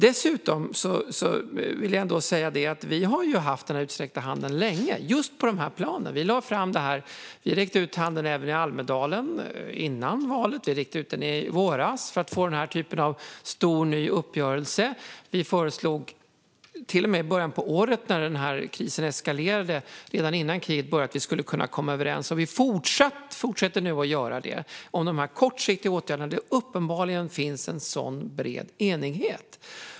Jag vill ändå säga att vi länge har haft den utsträckta handen just på de här planen. Vi räckte ut handen även i Almedalen innan valet. Vi räckte ut den i våras för att få den här typen av stor, ny uppgörelse. Vi föreslog till och med i början på året när krisen eskalerade, redan innan kriget började, att vi skulle kunna komma överens. Vi fortsätter nu att göra det om de kortsiktiga åtgärderna eftersom det uppenbarligen finns en sådan bred enighet.